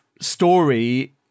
story